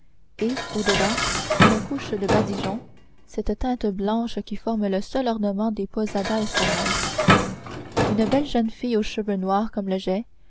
et au-dedans une couche de badigeon cette teinte blanche qui forme le seul ornement des posadas espagnoles une belle jeune fille aux cheveux noirs comme le jais